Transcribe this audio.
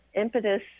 impetus